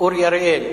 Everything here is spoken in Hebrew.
אורי אריאל?